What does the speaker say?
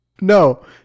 No